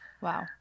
Wow